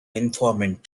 informant